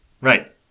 Right